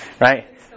right